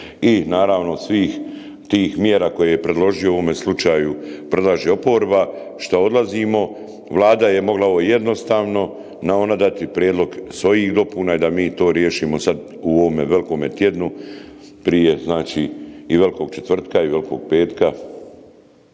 i naravno svih tih mjera koje je predložio u ovome slučaju predlaže oporba šta odlazimo. Vlada je mogla ovo jednostavno, ona dati prijedlog svojih dopuna i da mi to riješimo u ovome Velikom tjednu prije znači i Velikog četvrtka i Velikog petka.